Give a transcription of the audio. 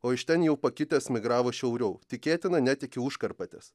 o iš ten jau pakitęs migravo šiauriau tikėtina net iki užkarpatės